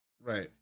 Right